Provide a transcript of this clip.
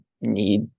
need